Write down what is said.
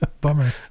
bummer